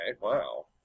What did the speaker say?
wow